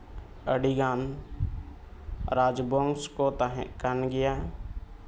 ᱟᱹᱰᱤ ᱜᱟᱱ ᱨᱟᱡᱽ ᱵᱚᱝᱥᱚ ᱛᱟᱦᱮᱸᱫ ᱠᱟᱱ ᱜᱮᱭᱟ